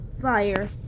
Fire